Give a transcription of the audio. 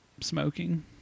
smoking